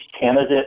candidate